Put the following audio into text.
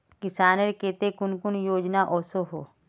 किसानेर केते कुन कुन योजना ओसोहो?